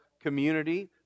community